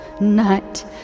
Night